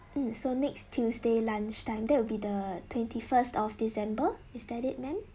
mm so next tuesday lunchtime that will be the twenty first of december is that it ma'am